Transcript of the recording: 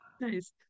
Nice